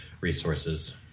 resources